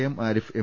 M Arif M